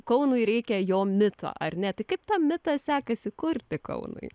kaunui reikia jo mito ar ne tai kaip tą mitą sekasi kurti kaunui